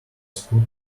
scoot